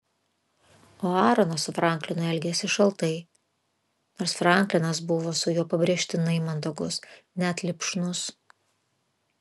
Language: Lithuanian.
o aaronas su franklinu elgėsi šaltai nors franklinas buvo su juo pabrėžtinai mandagus net lipšnus